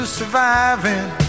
surviving